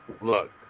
look